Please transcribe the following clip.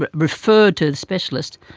but referred to the specialist,